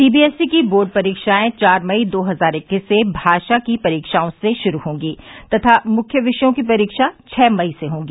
CBSE की board परीक्षाएं चार मई दो हजार इक्कीस से भाषा की परीक्षाओं से शुरू होंगी तथा मुख्य विषयों की परीक्षा छह मई से होंगी